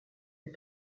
est